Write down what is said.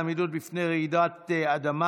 בעד,